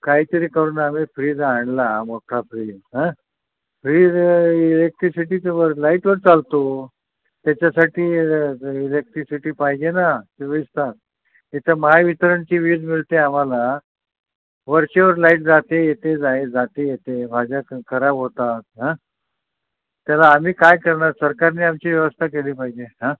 काहीतरी करून आम्ही फ्रीज आणला मोठा फ्रीज हां फ्रीज इलेक्ट्रिसिटी व लाईटवर चालतो त्याच्यासाठी इलेक्ट्रिसिटी पाहिजे ना चोवीस तास इथं महावितरणची वीज मिळते आम्हाला वरचेवर लाईट जाते येते लाईट जाते येते भाज्या क खराब होतात त्याला आम्ही काय करणार सरकारने आमची व्यवस्था केली पाहिजे हां